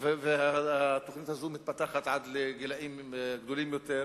והתוכנית הזאת מתפתחת עד לגילאים גבוהים יותר,